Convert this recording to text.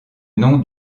nom